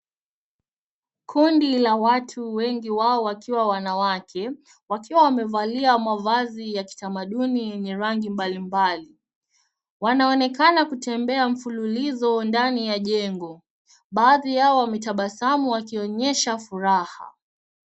Kundi la watu wengi wao wakiwa wanawake, wakiwa wamevalia mavazi ya kitamaduni yenye rangi mbali mbali. Wanaonekana kutembea mfululizo ndani ya jengo. Baadhi yao wametabasamu wakionyesha furaha.